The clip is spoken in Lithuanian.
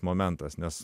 momentas nes